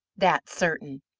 that's certain.